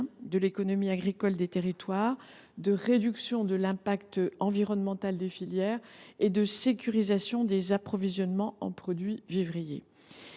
de l’économie agricole des territoires, de réduction de l’impact environnemental des filières et de sécurisation des approvisionnements en produits vivriers.